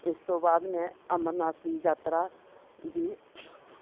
ਇਸ ਤੋਂ ਬਾਅਦ ਮੈਂ ਅਮਰਨਾਥ ਦੀ ਯਾਤਰਾ ਦੀ